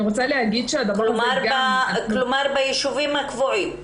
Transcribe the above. כלומר בישובים הקבועים.